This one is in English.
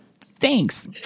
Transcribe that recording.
Thanks